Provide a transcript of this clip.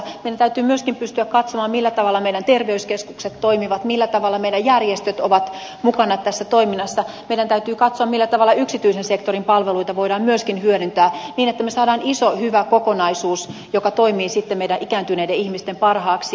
meidän täytyy myöskin pystyä katsomaan millä tavalla meidän terveyskeskukset toimivat millä tavalla meidän järjestöt ovat mukana tässä toiminnassa meidän täytyy katsoa millä tavalla yksityisen sektorin palveluita voidaan myöskin hyödyntää niin että saadaan iso hyvä kokonaisuus joka toimii sitten ikääntyneiden ihmisten parhaaksi